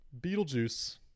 Beetlejuice